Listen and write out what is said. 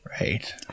Right